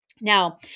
Now